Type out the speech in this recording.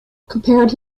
compared